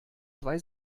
zwei